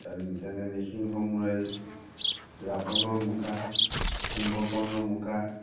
যেনে ৰাৱণৰ মুখা কুম্ভকৰ্ণৰ মুখা